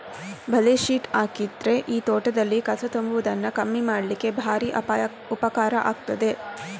ಬಲೆ ಶೀಟ್ ಹಾಕಿದ್ರೆ ಈ ತೋಟದಲ್ಲಿ ಕಸ ತುಂಬುವುದನ್ನ ಕಮ್ಮಿ ಮಾಡ್ಲಿಕ್ಕೆ ಭಾರಿ ಉಪಕಾರ ಆಗ್ತದೆ